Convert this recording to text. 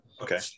okay